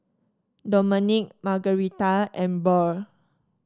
Domenic Margaretha and Burr